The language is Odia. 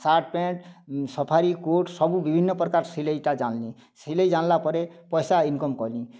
ସାର୍ଟ ପେଣ୍ଟ ସଫାରୀ କୋଟ୍ ସବୁ ବିଭିନ୍ନ ପ୍ରକାର ସିଲେଇଟା ଜାଣିଲି ସିଲେଇ ଜାଣିଲା ପରେ ପଇସା ଇନ୍କମ୍ କଲି